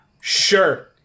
sure